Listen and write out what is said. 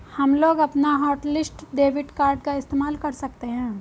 हमलोग अपना hotlist debit card का इस्तेमाल कर सकते हैं